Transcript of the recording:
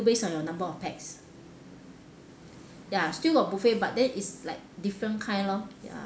based on your number of pax ya still got buffet but then is like different kind lor ya